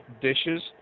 dishes